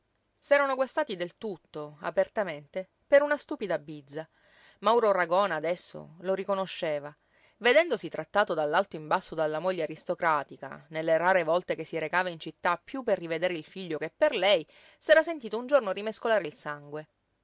contentissima s'erano guastati del tutto apertamente per una stupida bizza mauro ragona adesso lo riconosceva vedendosi trattato d'alto in basso dalla moglie aristocratica nelle rare volte che si recava in città piú per rivedere il figlio che per lei s'era sentito un giorno rimescolare il sangue